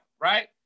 right